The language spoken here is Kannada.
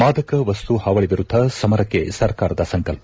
ಮಾದಕ ವಸ್ತು ಹಾವಳಿ ವಿರುದ್ದ ಸಮರಕ್ಕೆ ಸರ್ಕಾರದ ಸಂಕಲ್ಪ